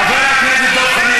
חבר הכנסת דב חנין,